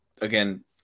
again